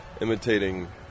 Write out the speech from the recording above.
imitating